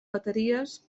bateries